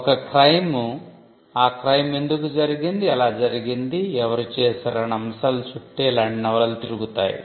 ఒక క్రైమ్ ఆ క్రైమ్ ఎందుకు జరిగింది ఎలా జరిగింది ఎవరు చేశారు అన్న అంశాల చుట్టే ఇలాంటి నవలలు తిరుగుతాయి